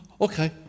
okay